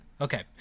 Okay